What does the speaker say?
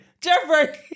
Jeffrey